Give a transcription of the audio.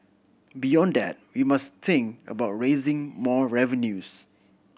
beyond that we must think about raising more revenues